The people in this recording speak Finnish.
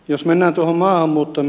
jos mennään tuohon maahanmuuttoon